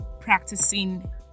practicing